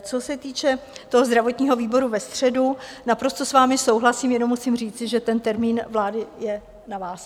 Co se týče zdravotního výboru ve středu, naprosto s vámi souhlasím, jenom musím říci, že ten termín vlády je na vás.